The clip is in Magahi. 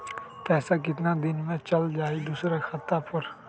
पैसा कितना दिन में चल जाई दुसर खाता पर?